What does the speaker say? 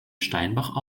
steinbach